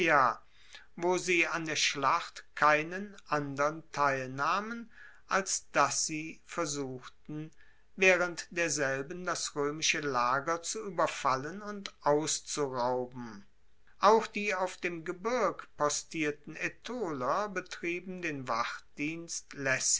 wo sie an der schlacht keinen andern teil nahmen als dass sie versuchten waehrend derselben das roemische lager zu ueberfallen und auszurauben auch die auf dem gebirg postierten aetoler betrieben den wachdienst